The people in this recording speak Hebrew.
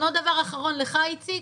עוד דבר אחד אחרון, לך, איציק,